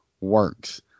works